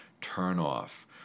turn-off